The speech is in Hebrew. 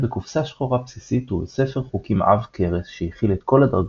בקופסה שחורה בסיסית ובספר חוקים עב-כרס שהכיל את כל הדרגות,